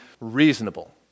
reasonable